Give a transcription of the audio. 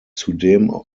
zudem